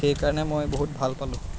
সেইকাৰণে মই বহুত ভাল পালোঁ